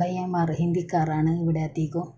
ബയ്യമാർ ഹിന്ദിക്കാർ ആണ് ഇവിടെ അധികം